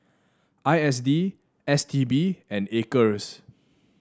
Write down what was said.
I S D S T B and Acres